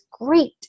great